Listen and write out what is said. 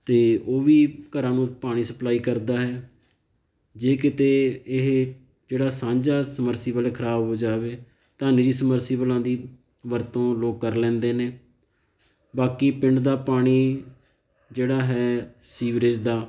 ਅਤੇ ਉਹ ਵੀ ਘਰਾਂ ਨੂੰ ਪਾਣੀ ਸਪਲਾਈ ਕਰਦਾ ਹੈ ਜੇ ਕਿਤੇ ਇਹ ਜਿਹੜਾ ਸਾਂਝਾ ਸਮਰਸੀਬਲ ਖਰਾਬ ਹੋ ਜਾਵੇ ਤਾਂ ਨਿੱਜੀ ਸਮਰਸੀਬਲਾਂ ਦੀ ਵਰਤੋਂ ਲੋਕ ਕਰ ਲੈਂਦੇ ਨੇ ਬਾਕੀ ਪਿੰਡ ਦਾ ਪਾਣੀ ਜਿਹੜਾ ਹੈ ਸੀਵਰੇਜ ਦਾ